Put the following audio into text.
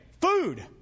food